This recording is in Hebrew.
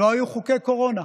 לא היו חוקי קורונה,